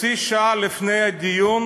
חצי שעה לפני הדיון